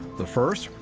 the first,